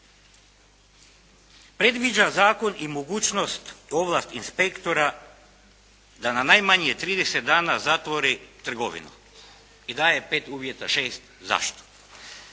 Predviđa zakon i mogućnost, ovlast inspektora da na najmanje 30 dana zatvori trgovinu i daje pet uvjeta, šest zašto.